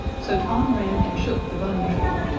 so tom ran and shook the bun tree,